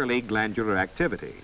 early glandular activity